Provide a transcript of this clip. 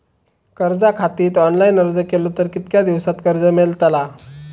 कर्जा खातीत ऑनलाईन अर्ज केलो तर कितक्या दिवसात कर्ज मेलतला?